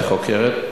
את חוקרת?